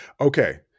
Okay